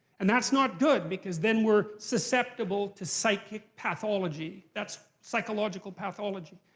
and that's not good, because then we're susceptible to psychic pathology. that's psychological pathology.